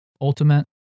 ultimate